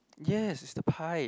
yes is the pie